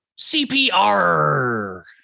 CPR